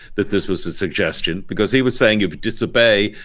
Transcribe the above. that this was a suggestion because he was saying you disobey,